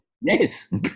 yes